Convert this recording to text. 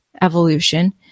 evolution